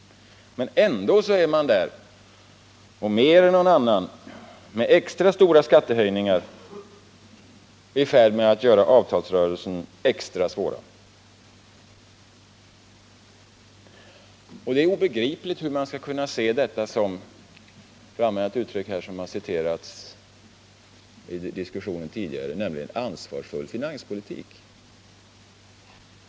Men ändå är man där, mer än någon annan, med extra stora skattehöjningar i färd med att göra avtalsrörelsen extra svår. För att använda ett uttryck som tidigare förekommit i diskussionen vill jag säga att det är obegripligt hur man skall kunna se detta som en ansvarsfull finanspolitik.